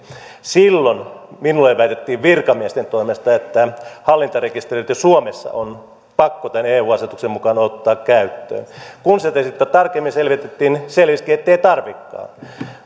silloin minulle väitettiin virkamiesten toimesta että hallintarekisteröinti suomessa on pakko eu asetuksen mukaan ottaa käyttöön kun sitä tarkemmin selvitettiin selvisikin ettei tarvitsekaan